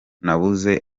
nabuze